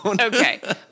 Okay